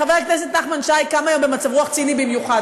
חבר הכנסת נחמן שי קם היום במצב רוח ציני במיוחד,